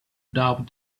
doubt